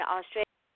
Australia